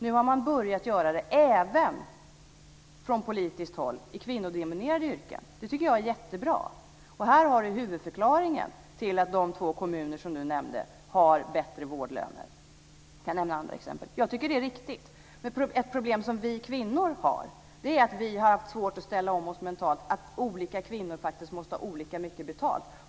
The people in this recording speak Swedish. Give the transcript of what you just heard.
Nu har man börjat göra det från politiskt håll även i kvinnodominerade yrken. Det tycker jag är jättebra. Det är huvudförklaringen till att de två kommuner som Siv Holma nämnde har bättre vårdlöner. Jag kan nämna andra exempel. Jag tycker att det är riktigt. Men ett problem som vi kvinnor har är att vi har haft svårt att ställa om oss mentalt till att olika kvinnor faktiskt måste ha olika mycket betalt.